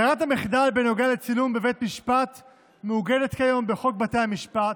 ברירת המחדל בנוגע לצילום בבית משפט מעוגנת כיום בחוק בתי המשפט,